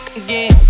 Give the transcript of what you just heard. again